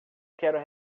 quero